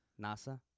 NASA